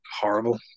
horrible